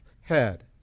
head